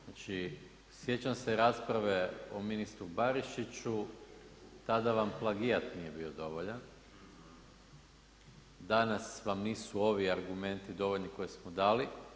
Znači sjećam se rasprave o ministru Barišiću, tada vam plagijat nije bio dovoljna, danas vam nisu ovi argumenti dovoljni koje smo dali.